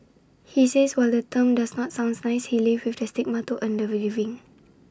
he says while the term does not sound nice he lives with the stigma to earn A living